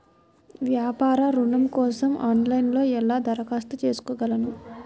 వ్యాపార ఋణం కోసం ఆన్లైన్లో ఎలా దరఖాస్తు చేసుకోగలను?